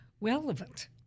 relevant